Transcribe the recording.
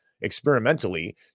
experimentally